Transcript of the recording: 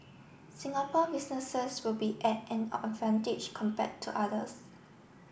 Singapore businesses will be at an advantage compared to others